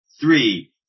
three